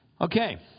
Okay